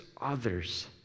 others